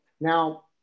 Now